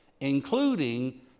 including